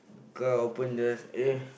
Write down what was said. car open just eh